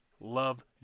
love